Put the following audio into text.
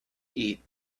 eat